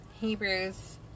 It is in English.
hebrews